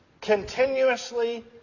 continuously